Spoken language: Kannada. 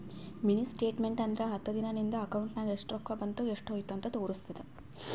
ಮಿನಿ ಸ್ಟೇಟ್ಮೆಂಟ್ ಅಂದುರ್ ಹತ್ತು ದಿನಾ ನಿಂದ ಅಕೌಂಟ್ ನಾಗ್ ಎಸ್ಟ್ ರೊಕ್ಕಾ ಬಂದು ಎಸ್ಟ್ ಹೋದು ಅಂತ್ ತೋರುಸ್ತುದ್